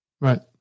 Right